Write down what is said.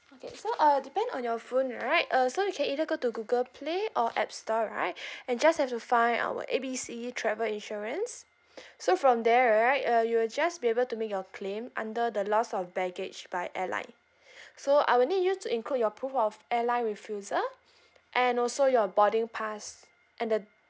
okay so uh depend on your phone right uh so you can either go to google play or app store right and just have to find our A B C travel insurance so from there right uh you will just be able to make your claim under the loss of baggage by airline so I will need you to include your proof of airline refusal and also your boarding pass and the